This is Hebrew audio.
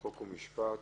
חוק ומשפט,